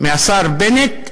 מהשר בנט,